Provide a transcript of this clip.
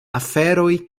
aferoj